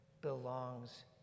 belongs